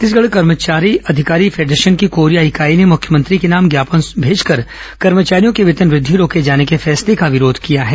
छत्तीसगढ़ कर्मचारी अधिकारी फेडरेशन की कोरिया इकाई ने मुख्यमंत्री के नाम ज्ञापन भेजकर कर्मचारियों का वेतन वृद्धि रोके जाने के फैसले के विरोध किया है